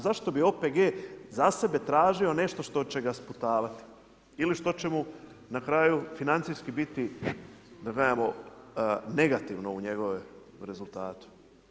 Zašto bi OPG za sebe tražio nešto što će ga sputavati ili što će mu na kraju financijski biti negativno u njegovom rezultatu?